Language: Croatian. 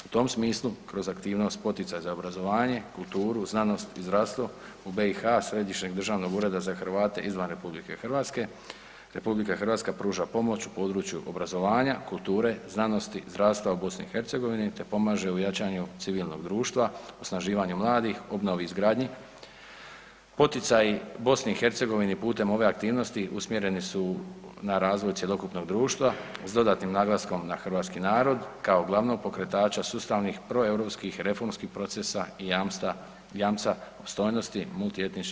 U tom smislu kroz aktivnost poticaja za obrazovanje, kulturu, znanost i zdravstvo u BiH, Središnjeg državnog ureda za Hrvate izvan RH, RH pruža pomoć u području obrazovanja, kulture, znanosti i zdravstva u BiH te pomaže u jačanju civilnog društva, osnaživanju mladih, obnovi i izgradnji, poticaju BiH putem ove aktivnosti usmjereni su na razvoj cjelokupnog društva s dodatnim naglaskom na hrvatski narod, kao glavnog pokretača sustavnih proeuropskih reformskih procesa i jamca opstojnosti multietične BiH.